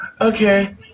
Okay